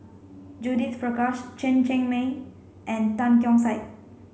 Judith Prakash Chen Cheng Mei and Tan Keong Saik